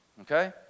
Okay